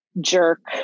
jerk